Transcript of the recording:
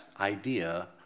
idea